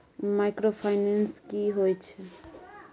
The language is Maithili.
माइक्रोफाइनेंस की होय छै?